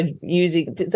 using